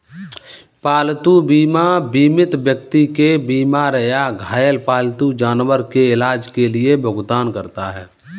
पालतू बीमा बीमित व्यक्ति के बीमार या घायल पालतू जानवर के इलाज के लिए भुगतान करता है